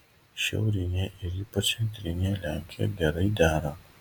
šiaurinėje ir ypač centrinėje lenkijoje gerai dera